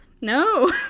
no